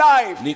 Life